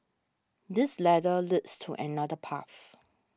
this ladder leads to another path